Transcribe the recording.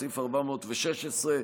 סעיף 416,